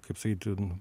kaip sakyt